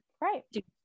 Right